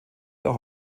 auch